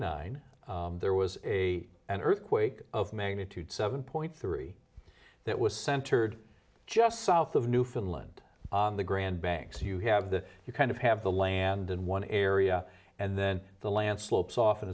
nine there was a an earthquake of magnitude seven point three that was centered just south of newfoundland the grand banks you have that you kind of have the land in one area and then the landslips of